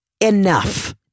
Enough